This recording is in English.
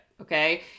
okay